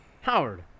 Howard